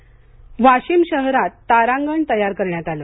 तारांगण वाशिम शहरात तारांगण तयार करण्यात आलं